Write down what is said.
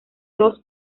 dos